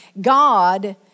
God